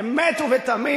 באמת ובתמים